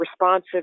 responsive